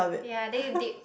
ya then you dip